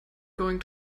going